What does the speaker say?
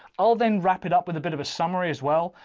i'll then wrap it up with a bit of a summary as well.